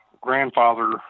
grandfather